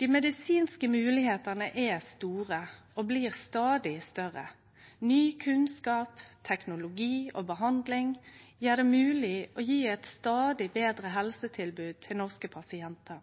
Dei medisinske moglegheitene er store og blir stadig større. Ny kunnskap, teknologi og behandling gjer det mogleg å gje eit stadig betre helsetilbod til norske pasientar.